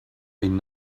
been